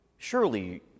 Surely